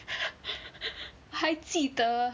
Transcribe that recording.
我还记得